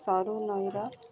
ସରୁ ନଈର